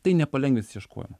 tai nepalengvins išieškojimo